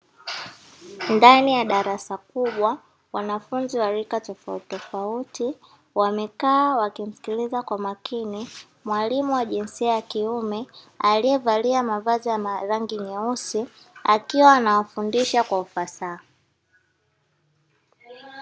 Ndani ya darasa kubwa, wanafunzi wa rika tofauti tofauti wamekaa wakimsikiliza kwa makini mwalimu wa jinsia ya kiume aliyevalia mavazi ya rangi nyeusi akiwa anawafundisha kwa ufasaha.